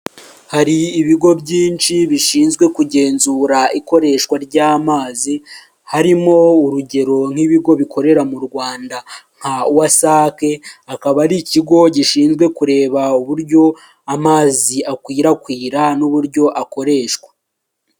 Hari ibigo byinshi bishinzwe kugenzura ikoreshwa ry'amazi, harimo urugero nk'ibigo bikorera mu Rwanda nka wasake akaba ari ikigo gishinzwe kureba uburyo amazi akwirakwira n'uburyo akoreshwa.